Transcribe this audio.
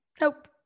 Nope